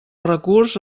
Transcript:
recurs